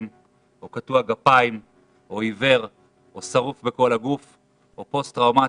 או קטוע גפיים או עיוור או שרוף בכל הגוף או פוסט טראומטי,